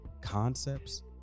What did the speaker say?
concepts